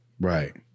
Right